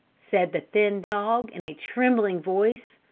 said the thin dog, in a trembling voice.